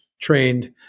trained